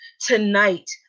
tonight